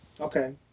Okay